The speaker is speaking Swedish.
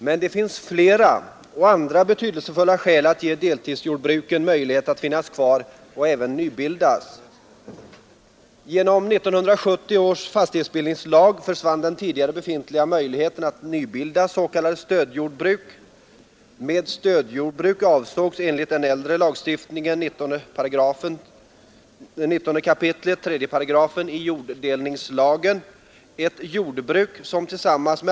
Men det finns flera betydelsefulla skäl att ge deltidsjordbruken möjlighet att vara kvar och även nybildas.